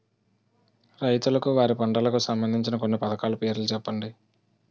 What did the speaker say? రైతులకు వారి పంటలకు సంబందించిన కొన్ని పథకాల పేర్లు చెప్పండి?